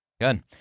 good